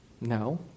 No